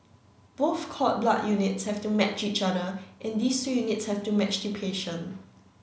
both cord blood units have to match each other and these two units have to match the patient